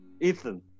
Ethan